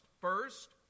First